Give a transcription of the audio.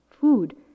food